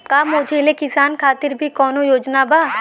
का मझोले किसान खातिर भी कौनो योजना बा?